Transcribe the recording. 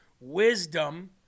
wisdom